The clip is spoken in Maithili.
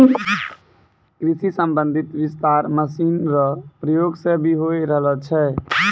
कृषि संबंधी विस्तार मशीन रो प्रयोग से भी होय रहलो छै